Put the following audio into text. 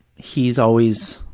he's always,